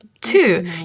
Two